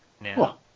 now